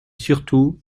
surtout